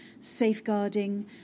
safeguarding